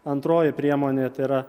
antroji priemonė tai yra